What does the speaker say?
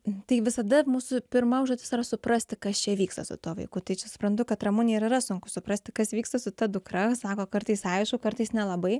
tai visada mūsų pirma užduotis yra suprasti kas čia vyksta su tuo vaiku tai čia suprantu kad ramunei ir yra sunku suprasti kas vyksta su ta dukra sako kartais aišku kartais nelabai